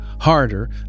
harder